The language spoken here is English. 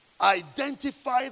Identify